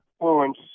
influence